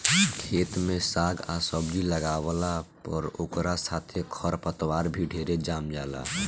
खेत में साग आ सब्जी लागावला पर ओकरा साथे खर पतवार भी ढेरे जाम जाला